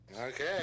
Okay